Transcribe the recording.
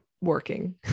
working